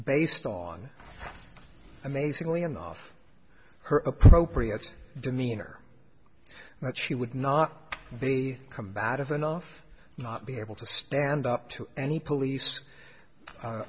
based on amazingly enough her appropriate demeanor that she would not be combative enough not be able to stand up to any police